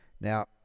now